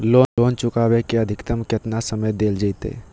Loan चुकाबे के अधिकतम केतना समय डेल जयते?